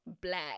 black